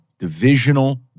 divisional